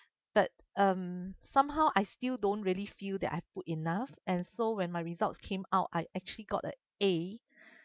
but um somehow I still don't really feel that I put enough and so when my results came out I actually got a A